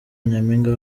nyampinga